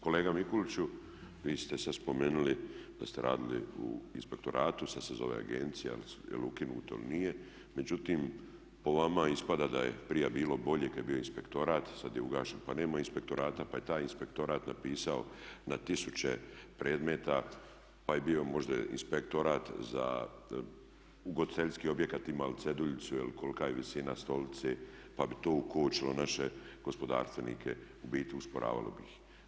Kolega Mikuliću, vi ste se spomenuli da ste radili u inspektoratu sad se zove agencija, jel' ukinuto il' nije, međutim po vama ispada da je prije bilo bolje kad je bio inspektorat, sad je ugašen pa nema inspektorata pa je taj inspektorat napisao na tisuće predmeta pa je bio možda Inspektorat za ugostiteljski objekat imali ceduljicu kolika je visina stolice, pa bi to ukočilo naše gospodarstvenike, u biti usporavalo bi ih.